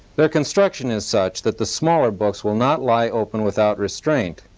the construction is such that the smaller books will not lie open without restraint.